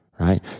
right